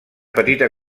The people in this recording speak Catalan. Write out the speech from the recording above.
petita